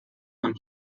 man